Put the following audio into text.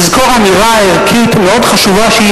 לזכור אמירה ערכית מאוד חשובה שהיא